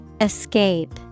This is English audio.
Escape